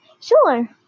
Sure